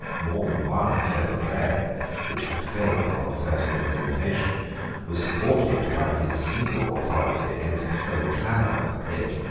more than one clever play which had failed on the first representation was supported by his single authority against the whole clamour of the pit,